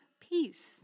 peace